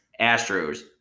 Astros